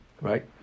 right